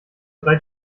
drei